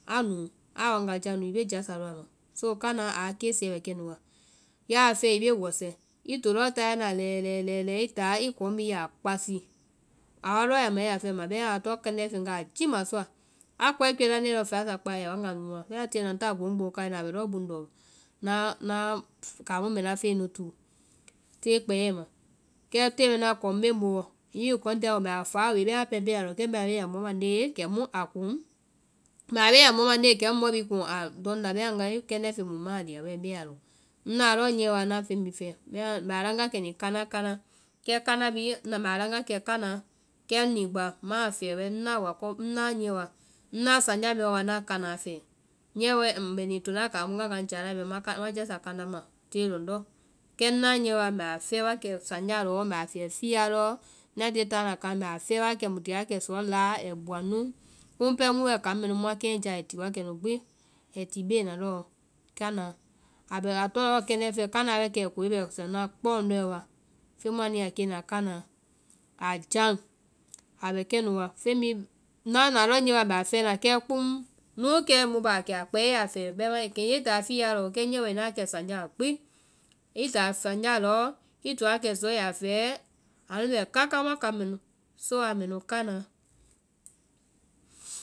Anúu, aa waga ja núu i bee jasa lɔ a ma, so kanaa i kesiɛ bɛ kɛnu wa. Jáa a fɛe i bee wɛsɛ, i to lɔɔ tayɛ na lɛɛ lɛɛ lɛɛ lɛɛ i táa i kɔŋ bi i ya kpási, a wa lɔɔ yaa ma i yaa fɛma, bɛmaã a tɔŋ kɛndɛ́ feŋ wa a jímasɔa. A koae kuɛ laŋnde lɔɔ fɛa sakpá a yaa waga núu a, kii mu kɛima ŋ táa gboŋgboŋ káí na a bɛ lɔɔ buŋndɔ kaŋmu mbɛ ŋna fɛɛ nu túu tée kpɛa ma. Kɛ tée mɛnua kɔŋ bee ŋ booɔ, hiŋi wi kɔŋ tia ŋ boo mbɛ a fáa wi, bɛma pɛɛ mbe a lɔŋ, kɛ mbɛ a bea mɔ mande ye kɛ mu mɔ bhii kuŋ a lɔŋnda. Bɛmaã ŋgae, kɛndɛ́ feŋ mu ŋma a lia bɛɛ, mbe a lɔŋ, ŋna lɔɔ niyɛ wa ŋna feŋ bhii fɛɛ, bɛmaã mbɛ a laŋ wa kɛ ni kána kána, kɛ kána bhii, mbɛ a laŋ wa kɛ kánaa, kɛ ni gba ŋma a fɛɛ wɛ, ŋna niyɛ wa, ŋna sanjá mɛɛ lɔ wa ŋna kánaa fɛɛ. mbɛ ni to naa kaŋ mu ŋgaga já laa bɛɛ ŋma jása kánaa ma tée lɔndɔ́, kɛ ŋnaa niyɛ mbɛ a fɛɛ wa kɛ wɛ sanjáa lɔɔ, mbɛ a fɛɛ fiyaa lɔɔ, ŋna tie táa na kaŋ mbɛ a fɛɛ, mu ti wa kɛ suɔ laa ai sɛɛ nu, kumu pɛɛ mu bɛ kaŋ mɛnu muã keŋɛ ja ai ti wa kɛ nu gbi. ai ti bee na lɔɔ kána. A tɔ lɔɔ kɛndɛ́ feŋ. kánaa bɛ kɛkoe bɛ suɔ kpɔ lɔdnɔ́ wa. feŋ mu ani yaa kee na kánaa a jáŋ, a bɛ kɛnu wa, feŋ bhii, ŋna na lɔɔ niyɛ wa ŋ mbɛ a fɛɛ na oo, núu kia wae mu baa kia a kpɛ a ya fɛɛ, kɛ nye i táa fiya lɔ oo, kɛ niyɛ wae a na wa kɛ sanjá lɔ gbi, i sanjá lɔɔ i to wa kɛ suɔ i yaa fɛɛ, anu bɛ kaká muã kaŋ mɛ nu, so aa mɛ nu kánaa.